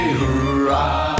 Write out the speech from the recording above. hooray